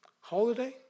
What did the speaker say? Holiday